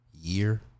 year